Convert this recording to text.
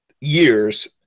years